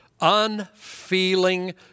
unfeeling